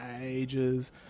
ages